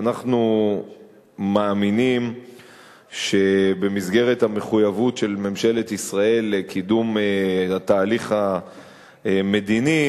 אנחנו מאמינים שבמסגרת המחויבות של ממשלת ישראל לקידום התהליך המדיני,